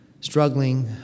struggling